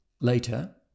Later